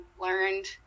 learned